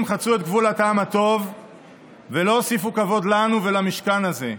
חצו את גבול הטעם הטוב ולא הוסיפו כבוד לנו ולמשכן הזה,